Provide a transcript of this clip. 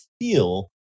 feel